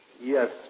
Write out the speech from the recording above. Yes